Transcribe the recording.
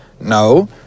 no